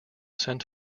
sent